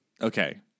Okay